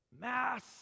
Mass